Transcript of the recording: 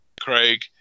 Craig